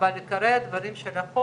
את מרכזי התעסוקה,